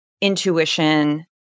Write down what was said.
intuition